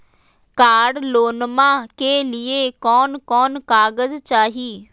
कार लोनमा के लिय कौन कौन कागज चाही?